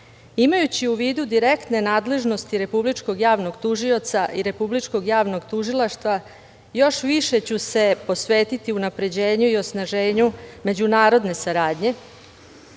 u vidu direktne nadležnosti Republičkog javnog tužioca i Republičkog javnog tužilaštva još više ću se posvetiti unapređenju i osnaženju međunarodne saradnje